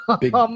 Big